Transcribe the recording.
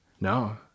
no